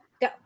go